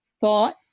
thought